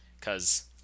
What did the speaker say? Cause